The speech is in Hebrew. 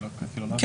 כן.